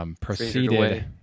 Proceeded